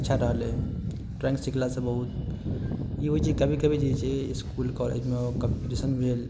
अच्छा रहले ड्रॉइंग सिखलासँ बहुत ई होइ छै कभी कभी जे छै इसकुल कॉलेजमे कम्पीटिशन भेल